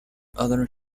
other